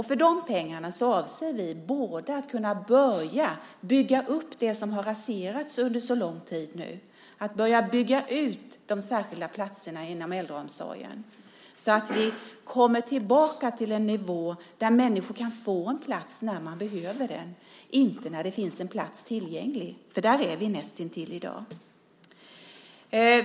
För de pengarna avser vi att kunna börja bygga upp det som har raserats nu under så lång tid och börja bygga ut de särskilda platserna inom äldreomsorgen. Vi ska komma tillbaka till en nivå där människor kan få en plats när de behöver den, inte när det finns en plats tillgänglig. Där är vi näst intill i dag.